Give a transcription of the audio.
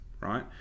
right